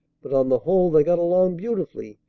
but on the whole they got along beautifully,